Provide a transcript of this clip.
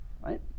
right